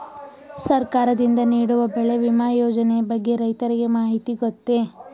ಸರ್ಕಾರದಿಂದ ನೀಡುವ ಬೆಳೆ ವಿಮಾ ಯೋಜನೆಯ ಬಗ್ಗೆ ರೈತರಿಗೆ ಮಾಹಿತಿ ಗೊತ್ತೇ?